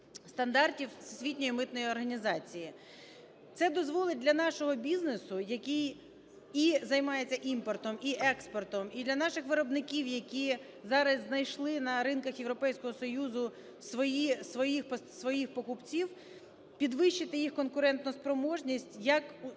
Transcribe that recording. стандартів Всесвітньої митної організації. Це дозволить для нашого бізнесу, який і займається імпортом, і експортом, і для наших виробників, які зараз знайшли на ринках Європейського Союзу своїх покупців, підвищити їх конкурентоспроможність як в